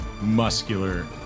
muscular